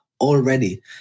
already